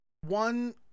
One